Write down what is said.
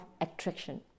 attraction